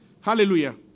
Hallelujah